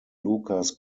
lukas